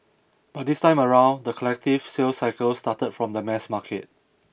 but this time around the collective sales cycle started from the mass market